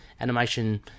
animation